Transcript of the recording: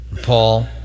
Paul